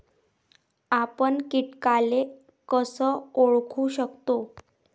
आपन कीटकाले कस ओळखू शकतो?